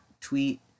tweet